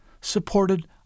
supported